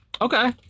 Okay